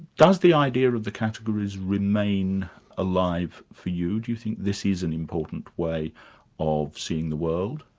does the idea of the categories remain alive for you? do you think this is an important way of seeing the world?